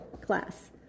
class